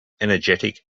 energetic